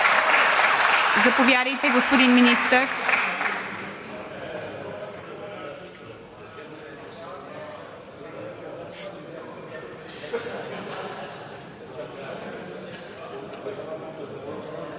Заповядайте, господин Министър.